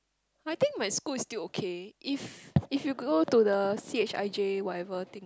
I think my school is still okay if if you go to the C_H_I_J whatever thing